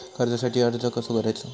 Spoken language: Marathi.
कर्जासाठी अर्ज कसो करायचो?